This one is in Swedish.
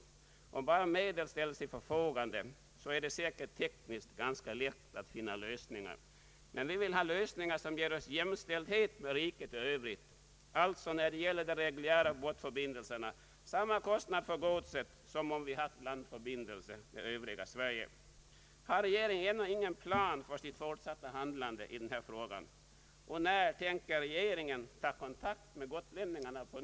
Ställs bara medel till förfogande, är det säkert tekniskt lätt att finna lösningar. Men vi vill ha lösningar som gör oss jämställda med riket i övrigt. När det gäller de reguljära båtförbindelserna vill vi alltså ha samma transportkostnader för godset som om vi Har regeringen ännu ingen plan för sitt fortsatta handlande i denna fråga? När tänker regeringen på nytt ta kontakt med gotlänningarna?